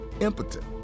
impotent